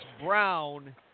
Brown